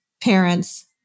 parents